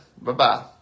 Bye-bye